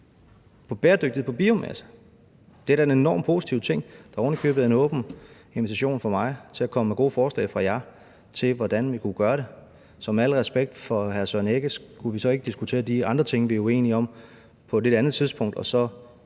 bæredygtighed på biomasse. Det er da en enormt positiv ting, der oven i købet er en åben invitation fra mig til jer om at komme med gode forslag til, hvordan vi kunne gøre det. Så med al respekt for hr. Søren Egge Rasmussen, skulle vi så ikke diskutere de andre ting, vi er uenige om, på et lidt andet tidspunkt,